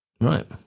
Right